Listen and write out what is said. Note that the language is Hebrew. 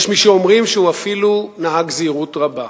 יש מי שאומרים שהוא אפילו נהג זהירות רבה,